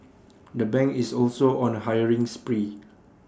the bank is also on A hiring spree